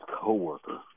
co-worker